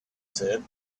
said